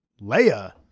Leia